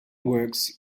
works